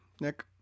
nick